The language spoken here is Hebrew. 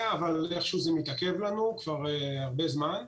לא אמורה להיות בעיה אבל איכשהו זה מתעכב לנו כבר הרבה זמן.